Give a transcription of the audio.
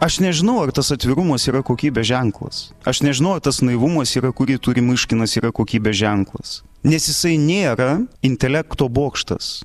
aš nežinau ar tas atvirumas yra kokybės ženklas aš nežinau ar tas naivumas yra kurį turi myškinas yra kokybės ženklas nes jisai nėra intelekto bokštas